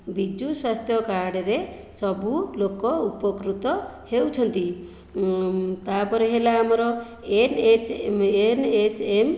ବିଜୁ ସ୍ୱାସ୍ଥ୍ୟ କାର୍ଡ଼ରେ ସବୁ ଲୋକ ଉପକୃତ ହେଉଛନ୍ତି ତା'ପରେ ହେଲା ଆମର ଏନ୍ଏଚ୍ ଏନ୍ଏଚ୍ଏମ୍